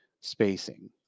spacing